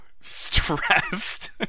stressed